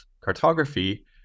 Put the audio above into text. cartography